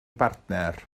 bartner